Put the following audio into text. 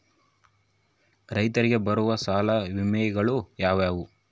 ರೈತರಿಗೆ ಬರುವ ಸಾಲದ ವಿಮೆಗಳು ಯಾವುವು?